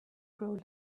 grow